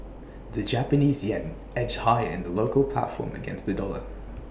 the Japanese Yen edged higher in the local platform against the dollar